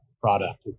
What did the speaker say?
product